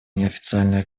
неофициальные